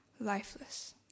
lifeless